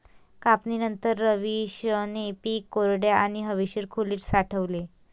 कापणीनंतर, रवीशने पीक कोरड्या आणि हवेशीर खोलीत साठवले